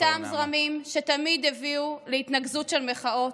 אותם זרמים שתמיד הביאו להתנקזות של מחאות,